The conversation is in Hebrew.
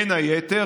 בין היתר,